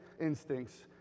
instincts